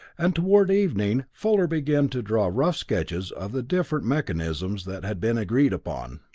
and toward evening fuller began to draw rough sketches of the different mechanisms that had been agreed upon.